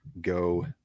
go